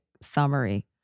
summary